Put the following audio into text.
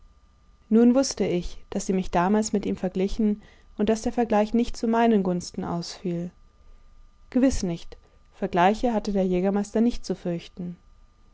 nun wußte ich daß sie mich damals mit ihm verglichen und daß der vergleich nicht zu meinen gunsten ausfiel gewiß nicht vergleiche hatte der jägermeister nicht zu fürchten